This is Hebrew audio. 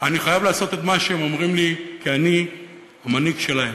אני חייב לעשות את מה שהם אומרים לי כי אני המנהיג שלהם.